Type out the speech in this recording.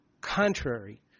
contrary